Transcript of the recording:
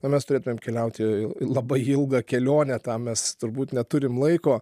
na mes turėtumėm keliauti labai ilgą kelionę tam mes turbūt neturim laiko